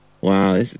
Wow